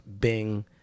Bing